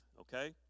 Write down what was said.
Okay